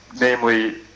namely